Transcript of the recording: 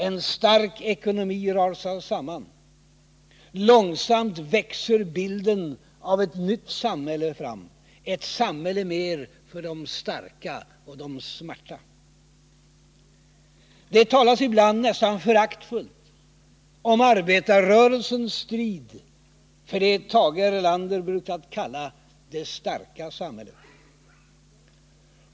En stark ekonomi rasar samman, långsamt växer bilden av ett nytt samhälle fram, ett samhälle mer för de starka och de smarta. Herr talman! Det talas ibland nästan föraktfullt om arbetarrörelsens strid för det Tage Erlander brukat kalla det starka samhället.